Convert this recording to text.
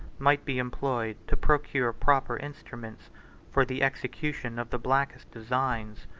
might be employed to procure proper instruments for the execution of the blackest designs,